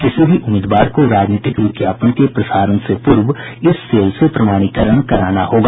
किसी भी उम्मीदवार को राजनीतिक विज्ञापन के प्रसारण से पूर्व इस सेल से प्रमाणीकरण कराना होगा